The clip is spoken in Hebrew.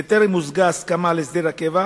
בטרם הושגה הסכמה על הסדר הקבע,